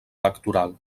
electoral